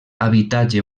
habitatge